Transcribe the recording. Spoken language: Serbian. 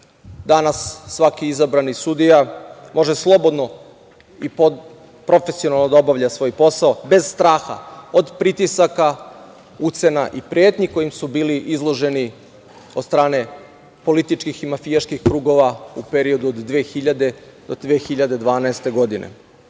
Danas svaki izabrani sudija može slobodno i profesionalno da obavlja svoj posao bez straha od pritisaka, ucena i pretnji, kojim su bili izloženi od strane političkih i mafijaških krugova u periodu od 2000. do 2012. godine.